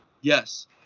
Yes